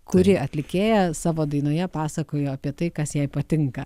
kuri atlikėja savo dainoje pasakojo apie tai kas jai patinka